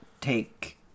take